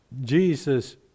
Jesus